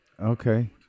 Okay